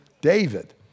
David